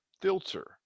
filter